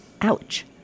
Ouch